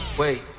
wait